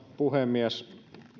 puhemies